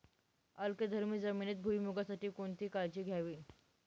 अल्कधर्मी जमिनीत भुईमूगासाठी कोणती काळजी घ्यावी?